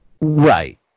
Right